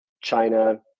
China